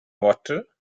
water